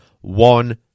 one